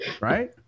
right